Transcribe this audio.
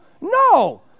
No